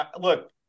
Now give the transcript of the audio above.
look